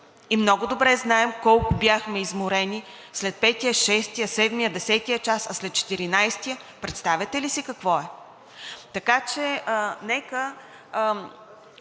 и много добре знаем колко бяхме изморени след 5-ия, 6-ия, 7-ия, 10-ия час, а след 14-ия?! Представяте ли си какво е? Така че нека